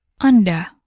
Anda